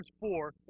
four